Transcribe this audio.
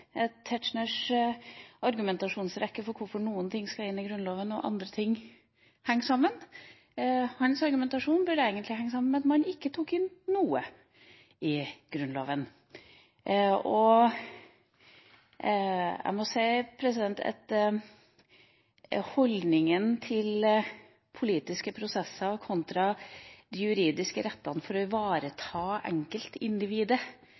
Tetzschners argumentasjonsrekke for hvorfor noen menneskerettigheter skal inn i Grunnloven og andre ikke, henger sammen. Hans argumentasjon burde egentlig ende opp med at man ikke tar inn noen menneskerettigheter i Grunnloven. Holdninga til politiske prosesser kontra de juridiske rettighetene for å